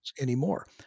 anymore